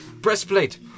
breastplate